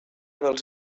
dels